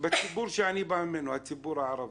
בציבור שאני בא ממנו, בציבור הערבי,